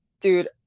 dude